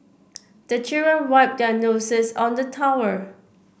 the children wipe their noses on the towel